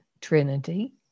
Trinity